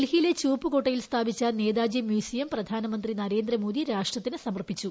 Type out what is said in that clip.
ഡൽഹിയിലെ ചുവപ്പുകോട്ടയിൽ സ്ഥാപിച്ച നേതാജി മ്യൂസിയം പ്രധാനമന്ത്രി നരേന്ദ്രമോദി രാഷ്ട്രത്തിന് സമർപ്പിച്ചു